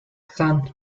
sun